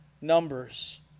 numbers